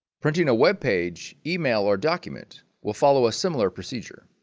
printing a webpage, email, or document will follow a similar procedure.